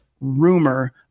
rumor